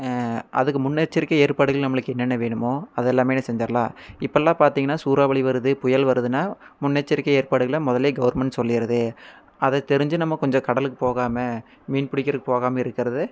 அதுக்கு முன்னெச்சரிக்கை ஏற்பாடுகள் நம்மளுக்கு என்னென்ன வேணுமோ அதெல்லாமே செஞ்சுர்லாம் இப்போல்லாம் பார்த்திங்கன்னா சூறாவளி வருது புயல் வருதுனால் முன்னெச்சரிக்கை ஏற்பாடுகளை முதல்லே கவர்மெண்ட் சொல்லிடுது அதை தெரிஞ்சு நம்ம கொஞ்சம் கடலுக்கு போகாமல் மீன் பிடிக்கிறக்கு போகாமல் இருக்கிறது